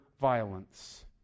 violence